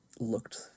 looked